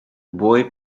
boy